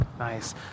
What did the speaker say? Nice